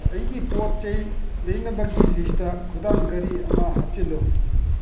ꯑꯩꯒꯤ ꯄꯣꯠꯆꯩ ꯂꯩꯅꯕꯒꯤ ꯂꯤꯁꯇ ꯈꯨꯗꯥꯡ ꯘꯔꯤ ꯑꯃ ꯍꯥꯞꯆꯤꯜꯂꯨ